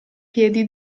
piedi